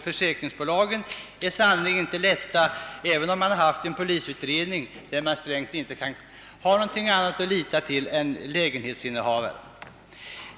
Försäkringsbolagen är sannerligen inte Jlätta att ha att göra med, även om det har gjorts en polisutredning, då ingenting annat finns att lita till än lägenhetsinnehavarens uppgifter.